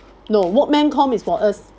no workmen com is for us